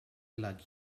like